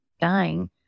dying